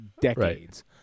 decades